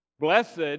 Blessed